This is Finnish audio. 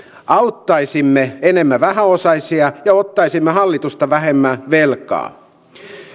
auttaisimme enemmän vähäosaisia ja ottaisimme hallitusta vähemmän velkaa